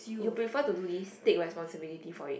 you prefer to do this take responsibility for it